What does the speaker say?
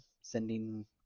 sending